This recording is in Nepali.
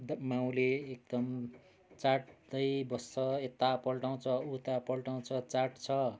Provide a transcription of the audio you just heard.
माउले एकदम चाट्दै बस्छ यता पल्टाउँछ उता पल्टाउँछ चाट्छ